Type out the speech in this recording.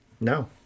No